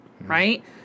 Right